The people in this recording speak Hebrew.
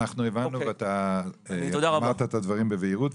אנחנו הבנו ואתה אמרת את הדברים בבהירות.